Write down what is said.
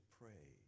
pray